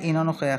אינו נוכח,